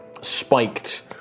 spiked